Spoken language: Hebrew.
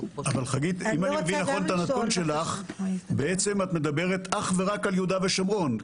בעצם את מדברת אך ורק על יהודה ושומרון,